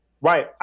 right